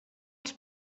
els